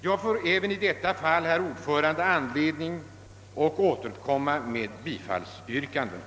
Jag får även i detta fall, herr talman, anledning att återkomma med yrkande om bifall till motionerna.